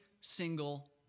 single